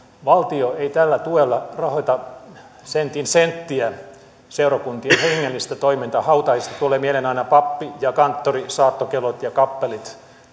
valtio ei tällä tuella rahoita sentin senttiä seurakuntien hengellistä toimintaa hautajaisista tulevat mieleen aina pappi ja kanttori saattokellot ja kappelit